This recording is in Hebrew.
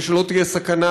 ולא תהיה סכנה,